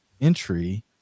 entry